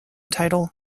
title